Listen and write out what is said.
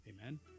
Amen